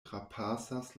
trapasas